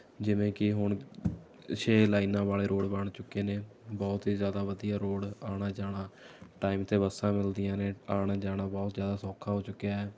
ਜਿਵੇਂ ਕਿ ਹੁਣ ਛੇ ਲਾਈਨਾਂ ਵਾਲੇ ਰੋਡ ਬਣ ਚੁੱਕੇ ਨੇ ਬਹੁਤ ਹੀ ਜ਼ਿਆਦਾ ਵਧੀਆ ਰੋਡ ਆਉਣਾ ਜਾਣਾ ਟਾਈਮ 'ਤੇ ਬੱਸਾਂ ਮਿਲਦੀਆਂ ਨੇ ਆਉਣਾ ਜਾਣਾ ਬਹੁਤ ਜ਼ਿਆਦਾ ਸੌਖਾ ਹੋ ਚੁੱਕਿਆ ਹੈ